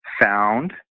found